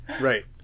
Right